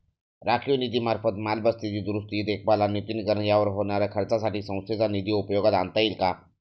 राखीव निधीमार्फत मालमत्तेची दुरुस्ती, देखभाल आणि नूतनीकरण यावर होणाऱ्या खर्चासाठी संस्थेचा निधी उपयोगात आणता येईल का?